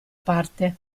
parte